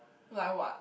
like what